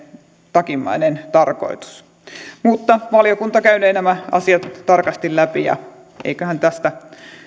takimmainen tarkoitus mutta valiokunta käynee nämä asiat tarkasti läpi ja eiköhän tästä